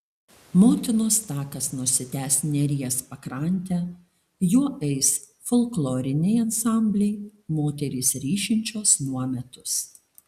motinos takas nusitęs neries pakrante juo eis folkloriniai ansambliai moterys ryšinčios nuometus